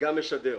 וגם משדר.